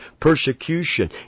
persecution